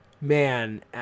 man